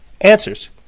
answers